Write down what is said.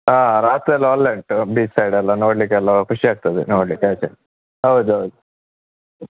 ಹಾಂ ರಾತ್ರಿಯೆಲ್ಲ ಒಳ್ಳೆ ಉಂಟು ಬೀಚ್ ಸೈಡೆಲ್ಲ ನೋಡಲಿಕ್ಕೆಲ್ಲ ಖುಷಿಯಾಗ್ತದೆ ನೋಡಲಿಕ್ಕೆ ಆಚೆ ಹೌದು ಹೌದು